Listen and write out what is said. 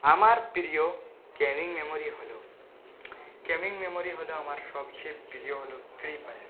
আমার প্রিয় gaming memory হল গেমিং মেমরি হল আমার সবচেয়ে প্রিয় হল ফ্রি ফায়ার